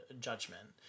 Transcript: judgment